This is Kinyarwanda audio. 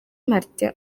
martin